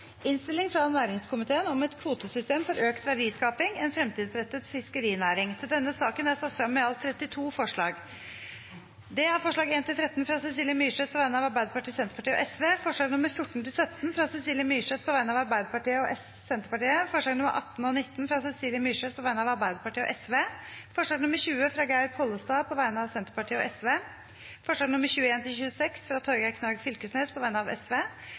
er det satt frem i alt 32 forslag. Det er: forslagene nr. 1–13, fra Cecilie Myrseth på vegne av Arbeiderpartiet, Senterpartiet og Sosialistisk Venstreparti forslagene nr. 14–17, fra Cecilie Myrseth på vegne av Arbeiderpartiet og Senterpartiet forslagene nr. 18 og 19, fra Cecilie Myrseth på vegne av Arbeiderpartiet og Sosialistisk Venstreparti forslag nr. 20, fra Geir Pollestad på vegne av Senterpartiet og Sosialistisk Venstreparti forslagene nr. 21–26, fra Torgeir Knag Fylkesnes på vegne av